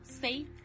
safe